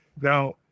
now